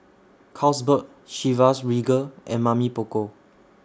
Carlsberg Chivas Regal and Mamy Poko